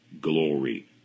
glory